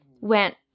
went